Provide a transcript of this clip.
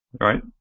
Right